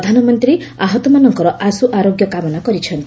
ପ୍ରଧାନମନ୍ତ୍ରୀ ଆହତମାନଙ୍କର ଆଶୁ ଆରୋଗ୍ୟ କାମନା କରିଛନ୍ତି